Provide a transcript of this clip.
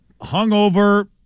hungover